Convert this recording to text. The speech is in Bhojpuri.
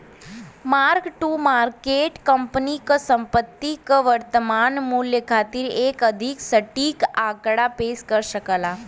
मार्क टू मार्केट कंपनी क संपत्ति क वर्तमान मूल्य खातिर एक अधिक सटीक आंकड़ा पेश कर सकला